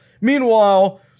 meanwhile